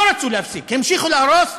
לא רצו להפסיק, המשיכו להרוס,